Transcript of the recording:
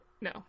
no